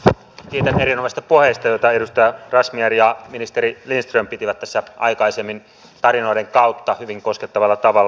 kiitän erinomaisista puheista joita edustaja razmyar ja ministeri lindström pitivät tässä aikaisemmin tarinoiden kautta hyvin koskettavalla tavalla